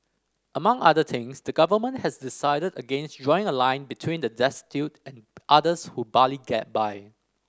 among other things the Government has decided against drawing a line between the destitute and others who barely get by